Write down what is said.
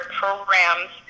programs